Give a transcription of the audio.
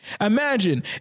imagine